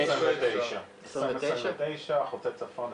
2029. חוצה צפון,